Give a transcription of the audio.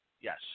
Yes